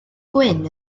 gwyn